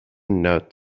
not